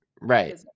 right